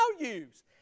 values